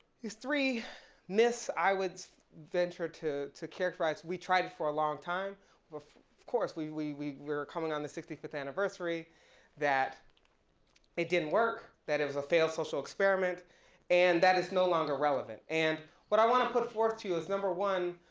these three myths i would venture to to characterize, we tried for a long time, but of course we we we're coming on the sixty fifth anniversary that it didn't work. that it was a failed social experiment and that it's no longer relevant. and what i wanna put forth to you is number one,